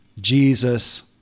Jesus